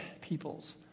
peoples